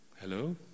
Hello